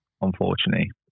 unfortunately